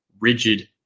rigid